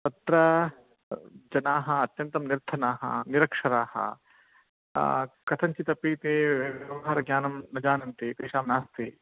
तत्र जनाः अत्यन्तं निर्धनाः निरक्षराः कथञ्चित् अपि ते व्यवहारज्ञानं न जानन्ति तेषां नास्ति